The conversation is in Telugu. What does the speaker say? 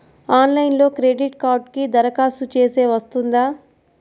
ఆన్లైన్లో క్రెడిట్ కార్డ్కి దరఖాస్తు చేస్తే వస్తుందా?